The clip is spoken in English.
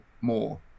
more